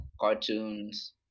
cartoons